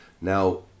Now